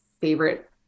favorite